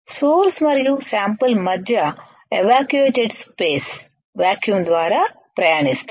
source మరియు sample మధ్య evacuated space vacuum ద్వారా ప్రయాణిస్తాయి